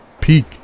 peak